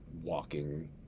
walking